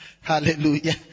Hallelujah